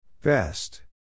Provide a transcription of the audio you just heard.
Best